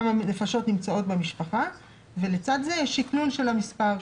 כמה נפשות נמצאות במשפחה ולצד זה יש את שקלול המספר.